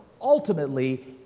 ultimately